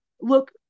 look